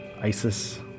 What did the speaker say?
Isis